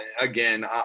again